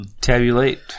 Tabulate